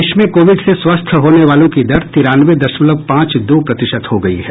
देश में कोविड से स्वस्थ होने वालों की दर तिरानवे दशमलव पांच दो प्रतिशत हो गई है